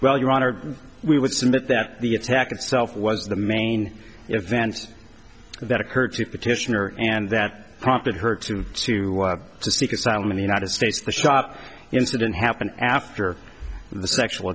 well your honor we would submit that the attack itself was the main events that occurred to petitioner and that prompted her to sue to seek asylum in the united states the shop incident happened after the sexual